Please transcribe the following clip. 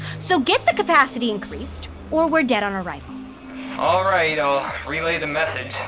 so get the capacity increased, or we're dead on arrival alright, i'll relay the message.